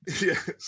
Yes